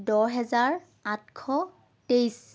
দহ হেজাৰ আঠশ তেইছ